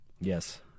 Yes